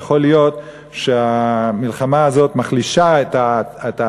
יכול להיות שהמלחמה הזאת מחלישה את האפשרות